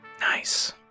Nice